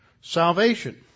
salvation